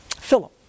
Philip